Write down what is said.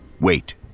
Wait